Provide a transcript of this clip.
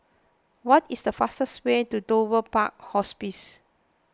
what is the fastest way to Dover Park Hospice